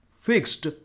fixed